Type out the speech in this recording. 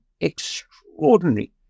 extraordinary